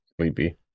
sleepy